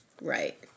Right